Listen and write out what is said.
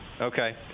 Okay